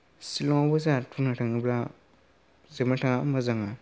शिलंआवबो जा बुंनो थाङोबा जोबोद मोजाङा